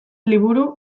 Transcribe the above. liburu